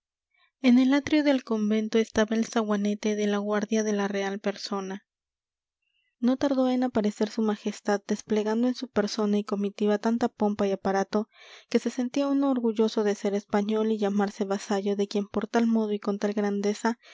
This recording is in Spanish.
en el atrio del convento estaba el zaguanete de la guardia de la real persona no tardó en aparecer su majestad desplegando en su persona y comitiva tanta pompa y aparato que se sentía uno orgulloso de ser español y llamarse vasallo de quien por tal modo y con tal grandeza